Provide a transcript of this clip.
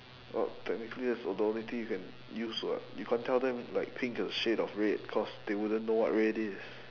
oh technically that's the only thing you can use [what] you can't tell them like pink is a shade of red cause they wouldn't know what red is